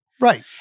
right